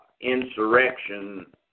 insurrection